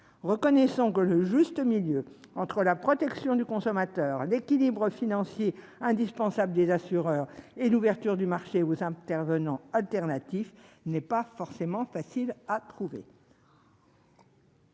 Reconnaissons que le juste milieu entre la protection du consommateur, l'équilibre financier indispensable aux assureurs et l'ouverture du marché aux intervenants alternatifs n'est pas forcément facile à trouver.